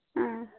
ಹಾಂ